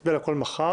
נצביע על הכול מחר,